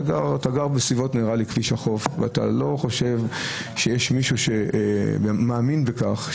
אתה לא חושב שיש מישהו שמאמין בכך,